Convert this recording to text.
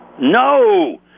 No